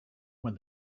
when